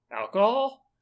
alcohol